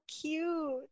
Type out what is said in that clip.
cute